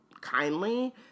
kindly